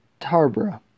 Tarbra